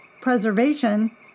Preservation